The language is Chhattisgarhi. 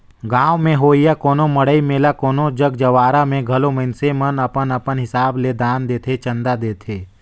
गाँव में होवइया कोनो मड़ई मेला कोनो जग जंवारा में घलो मइनसे मन अपन अपन हिसाब ले दान देथे, चंदा देथे